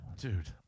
Dude